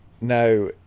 Now